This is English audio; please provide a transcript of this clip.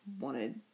wanted